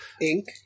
ink